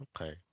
Okay